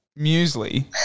muesli